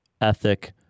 ethic